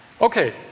Okay